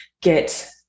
get